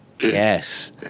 yes